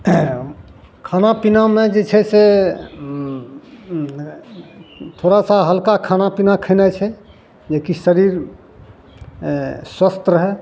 खाना पीनामे जे छै से थोड़ा सा हल्का खाना पीना खेनाइ छै जे कि शरीर आँय स्वस्थ रहय